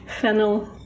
Fennel